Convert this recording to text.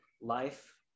life